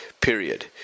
Period